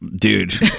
Dude